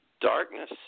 darkness